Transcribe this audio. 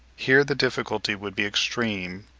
here the difficulty would be extreme,